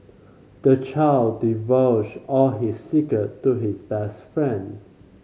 the child divulged all his secret to his best friend